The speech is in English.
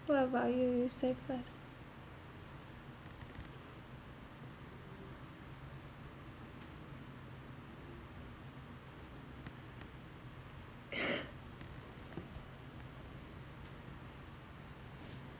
what about you you say first